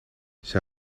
zij